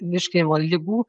virškinimo ligų